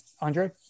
Andre